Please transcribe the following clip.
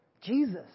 Jesus